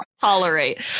tolerate